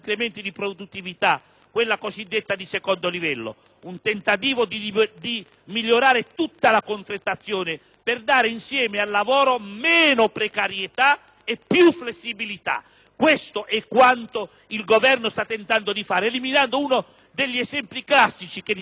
(quella cosiddetta di secondo livello): si tratta di un tentativo di migliorare tutta la contrattazione per dare, insieme al lavoro, meno precarietà e più flessibilità. Questo è quanto il Governo sta tentando di fare, eliminando uno degli esempi classici che venivano dalla sinistra: